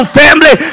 family